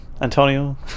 Antonio